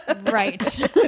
Right